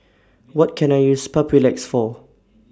What Can I use Papulex For